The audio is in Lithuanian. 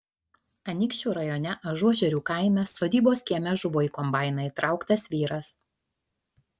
anykščių rajone ažuožerių kaime sodybos kieme žuvo į kombainą įtrauktas vyras